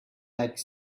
like